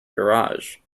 garage